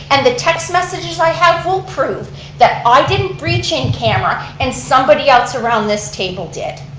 and the text messages i have will prove that i didn't breach in camera and somebody else around this table did.